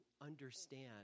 understand